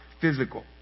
physical